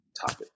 topic